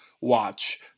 watch